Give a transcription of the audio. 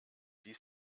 ließ